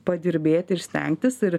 padirbėti ir stengtis ir